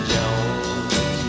Jones